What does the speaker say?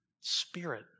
spirit